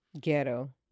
ghetto